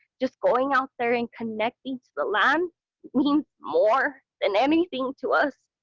just going out there and connecting to the land means more than anything to us.